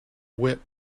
whip